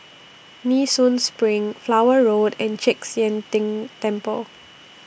Nee Soon SPRING Flower Road and Chek Sian Tng Temple